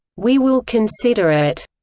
we will consider it,